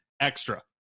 extra